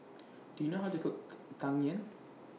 Do YOU know How to Cook Tang Yuen